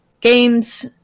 games